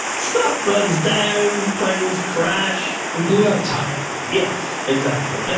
stuff burns down, planes crash. we blew out a tire. yes, exactly. ah